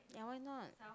ya why not